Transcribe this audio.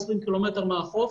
20 קילומטר מהחוף,